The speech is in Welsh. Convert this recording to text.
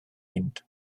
mynd